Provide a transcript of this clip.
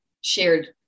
shared